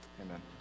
Amen